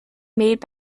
made